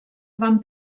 van